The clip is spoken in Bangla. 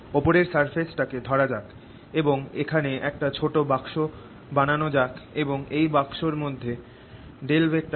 ওপরের সারফেসটাকে ধরা যাক এবং এখানে একটা ছোট বাক্স বানান যাক এবং এই বাক্স এর মধ্যে MdV কে গণনা করা যাক